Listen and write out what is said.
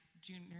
junior